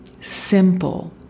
Simple